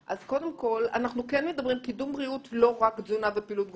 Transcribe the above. אז קודם כול אנחנו כן מדברים קידום בריאות לא רק תזונה ופעילות גופנית,